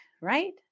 right